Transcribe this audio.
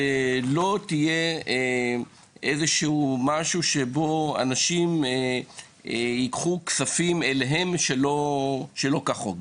ולא תהיה איזשהו משהו שבו אנשים ייקחו כספים אליהם שלא כחוק.